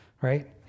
Right